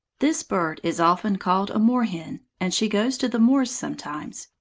this bird is often called a moor-hen and she goes to the moors sometimes.